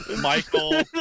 Michael